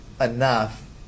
enough